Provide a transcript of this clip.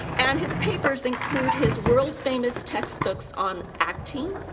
and his papers include his world-famous textbooks on acting,